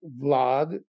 Vlad